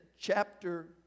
chapter